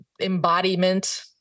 embodiment